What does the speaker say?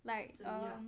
like um